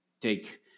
take